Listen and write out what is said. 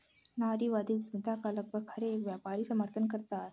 नारीवादी उद्यमिता का लगभग हर एक व्यापारी समर्थन करता है